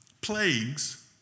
plagues